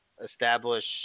establish